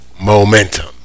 momentum